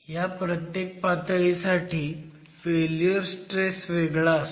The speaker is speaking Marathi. ह्या प्रत्येक पातळीसाठी फेल्युअर स्ट्रेस वेगळा असतो